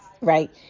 right